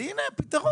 הנה הפתרון.